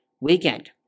weekend